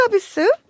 service